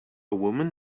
woman